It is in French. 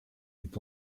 est